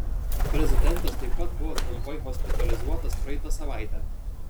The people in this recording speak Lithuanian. prezidentas taip pat buvo trumpai hospitalizuotas praeitą savaitę